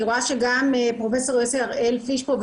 אני רואה שגם פרופ' יוסי הראל פיש פה,